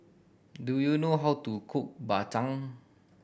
do you know how to cook Bak Chang